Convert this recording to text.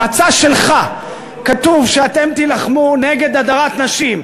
במצע שלך כתוב שאתם תילחמו נגד הדרת נשים.